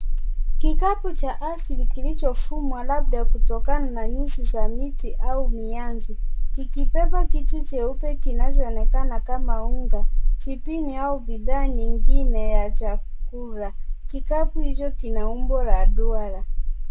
Kikapu cha asili kilichofumwa labda kutokana na nyusi za miti au miazi kikibeba kitu cheupe kinachoonekana kama unga, chipini au bidhaa nyingine ya chakila. Kikapu hicho kina u bo la duara.